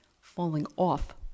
falling-off